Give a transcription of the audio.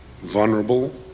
vulnerable